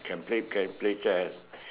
can play play can play chess